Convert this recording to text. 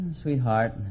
sweetheart